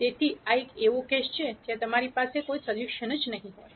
તેથી આ એક એવો કેસ છે જ્યાં તમારી પાસે કોઈ સોલ્યુશન નહીં હોય